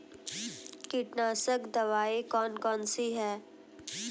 कीटनाशक दवाई कौन कौन सी हैं?